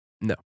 No